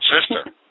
Sister